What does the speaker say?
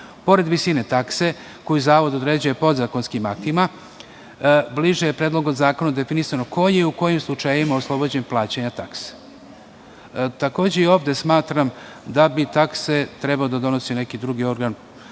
Pored visine takse koju zavod određuje podzakonskim aktima, bliže je Predlogom zakona definisano ko je i u kojim slučajevima oslobođen plaćanja takse. Takođe, i ovde smatram da bi takse trebalo da donosi neki drugi organ.